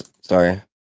Sorry